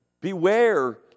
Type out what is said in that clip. beware